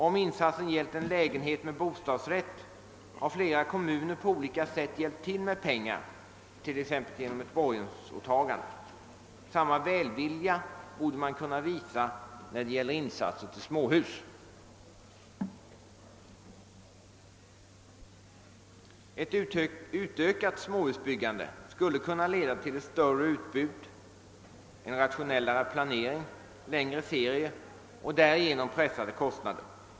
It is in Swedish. Om insatsen gällt en lägenhet med bostadsrätt har flera kommuner på olika sätt hjälpt till med pengar, t.ex. genom ett borgensåtagande. Samma välvilja borde kunna visas i fråga om insatser till småhus. Ett utökat småhusbyggande skulle kunna leda till ett större utbud, en rationellare planering och längre serier och därigenom till pressade kostnader.